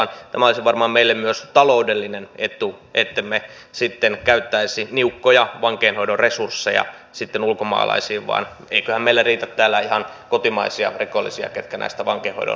tämä olisi varmaan meille myös taloudellinen etu ettemme sitten käyttäisi niukkoja vankeinhoidon resursseja ulkomaalaisiin vaan eiköhän meillä riitä täällä ihan kotimaisia rikollisia ketkä näistä vankeinhoidon resursseista pääsevät nauttimaan